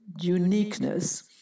uniqueness